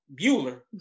Bueller